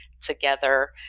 together